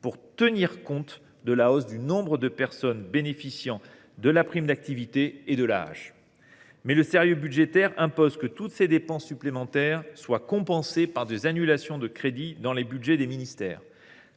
pour tenir compte de la hausse du nombre de personnes bénéficiant de la prime d’activité et de l’AAH. Mais le sérieux budgétaire impose que toutes ces dépenses supplémentaires soient compensées par des annulations de crédits dans les budgets des ministères